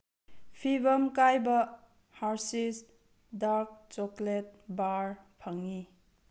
ꯐꯤꯕꯝ ꯀꯥꯏꯕ Hershey's dark chocolate bar ꯐꯪꯉꯤ